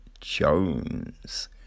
Jones